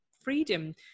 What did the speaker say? freedom